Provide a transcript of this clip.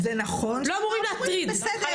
זה החיים.